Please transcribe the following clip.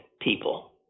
people